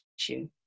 issue